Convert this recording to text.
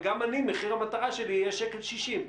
וגם מחיר המטרה שלי יהיה 1.60 שקלים.